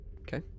Okay